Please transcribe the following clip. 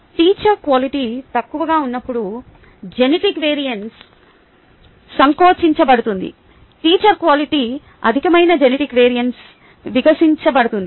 teacher quality తక్కువగా ఉన్నప్పుడు genetic variance సంకోచించబడుతుంది టీచర్ క్వాలిటి అధికమైతే జెనిటిక్ వేరియన్స్ వికసించబడుతుంది